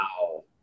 Wow